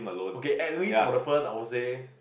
okay at least for the first I would say